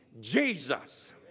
Jesus